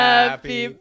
Happy